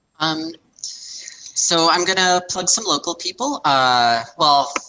um so i'm going to plug some local people. ah well,